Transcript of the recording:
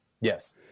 yes